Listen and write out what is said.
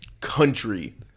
country